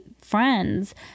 friends